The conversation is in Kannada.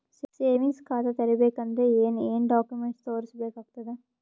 ಸೇವಿಂಗ್ಸ್ ಖಾತಾ ತೇರಿಬೇಕಂದರ ಏನ್ ಏನ್ಡಾ ಕೊಮೆಂಟ ತೋರಿಸ ಬೇಕಾತದ?